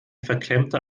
verklemmte